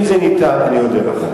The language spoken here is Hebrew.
אם זה ניתן, אני אודה לך.